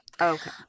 Okay